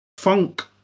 Funk